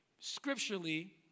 scripturally